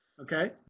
okay